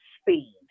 speed